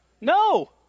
No